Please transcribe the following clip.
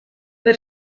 per